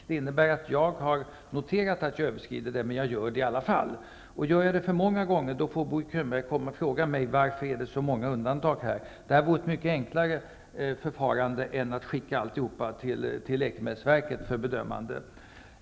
Det innebär att jag har noterat att jag överskridit, men att jag gör det i alla fall. Om jag gör det för många gånger får Bo Könberg komma och fråga mig varför det är så många undantag. Detta vore ett mycket enklare förfarande än att skicka alltihop till läkemedelsverket för bedömande.